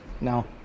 no